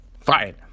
fine